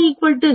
ஒரு α 0